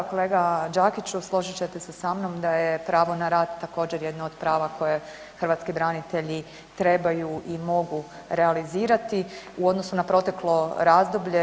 Kolega Đakiću, složit ćete sa mnom da je pravo na rad također jedno od prava koje hrvatski branitelji trebaju i mogu realizirati u odnosu na proteklo razdoblje.